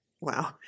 Wow